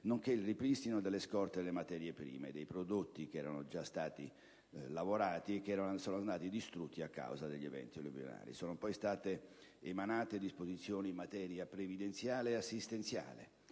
nonché per il ripristino delle scorte delle materie prime e dei prodotti che erano già stati lavorati e che sono andati distrutti a causa degli eventi alluvionali. Sono poi state emanate disposizioni in materia previdenziale e assistenziale